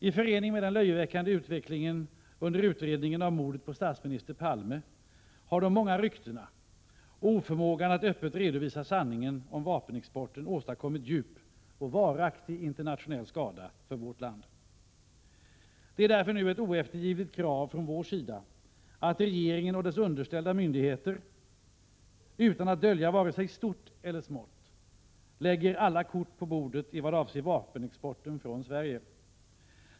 I förening med den löjeväckande utvecklingen i utredningen om mordet på statsminister Palme har de många ryktena och oförmågan att öppet redovisa sanningen om vapenexporten åstadkommit djup och varaktig internationell skada för vårt land. Det är därför nu ett oeftergivligt krav från vår sida att regeringen och dess underställda myndigheter utan att dölja vare sig stort eller smått lägger alla kort på bordet i vad avser vapenexporten från Sverige.